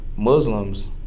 Muslims